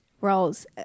roles –